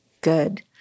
good